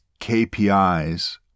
KPIs